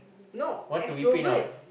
no extrovert